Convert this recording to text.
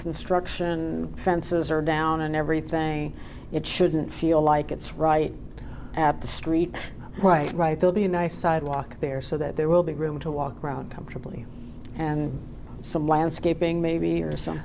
construction fences are down and everything it shouldn't feel like it's right at the street right right they'll be a nice sidewalk there so that there will be room to walk around comfortably and some landscaping maybe or something